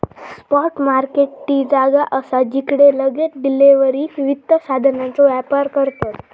spot market ती जागा असा जिकडे लगेच डिलीवरीक वित्त साधनांचो व्यापार करतत